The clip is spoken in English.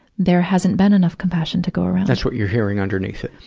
there hasn't been enough compassion to go around. that's what you're hearing underneath it.